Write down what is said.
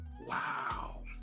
Wow